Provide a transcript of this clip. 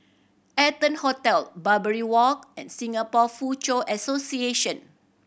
Arton Hotel Barbary Walk and Singapore Foochow Association